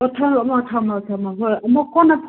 ꯑꯣ ꯊꯝꯃꯣ ꯊꯝꯃꯣ ꯊꯝꯃꯣ ꯍꯣꯏ ꯑꯃꯨꯛ ꯀꯣꯟꯅ